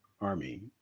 army